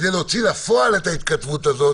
ברור שתצטרכו לשבת ביחד כדי להוציא לפועל את ההתכתבות הזו,